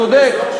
צודק.